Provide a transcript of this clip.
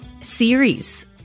series